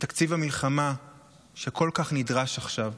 שתקציב המלחמה שכל כך נדרש עכשיו,